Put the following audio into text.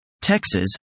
Texas